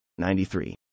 93